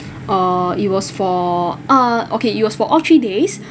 uh it was for uh okay it was for all three days